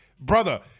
Brother